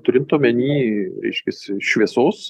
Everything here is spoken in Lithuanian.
turint omeny reiškiasi šviesos